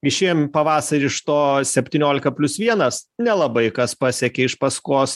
išėjom pavasarį iš to septyniolika plius vienas nelabai kas pasekė iš paskos